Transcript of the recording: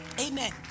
Amen